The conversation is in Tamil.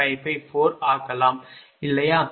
554 ஆக்கலாம் இல்லையா